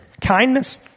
kindness